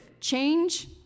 change